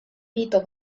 mito